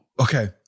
okay